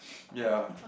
ya